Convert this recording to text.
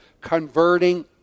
converting